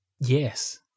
yes